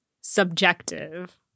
subjective